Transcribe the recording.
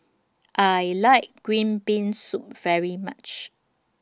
I like Green Bean Soup very much